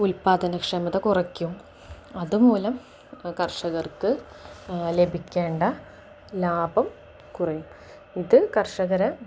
ഉൽപാദനക്ഷമത കുറയ്ക്കും അതുമൂലം കർഷകർക്ക് ലഭിക്കേണ്ട ലാഭം കുറയും ഇത് കർഷകരെ